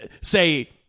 say